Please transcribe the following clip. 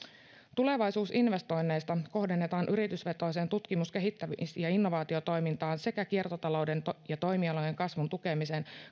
tulevaisuusinvestoinneista kohdennetaan yritysvetoiseen tutkimus kehittämis ja innovaatiotoimintaan sekä kiertotalouden ja toimialojen kasvun tukemiseen